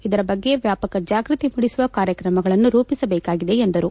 ಇದರ ಬಗ್ಗೆ ವ್ವಾಪಕ ಜಾಗೃತಿ ಮೂಡಿಸುವ ಕಾರ್ಯಕ್ರಮಗಳನ್ನು ರೂಪಿಸಬೇಕಾಗಿದೆ ಎಂದರು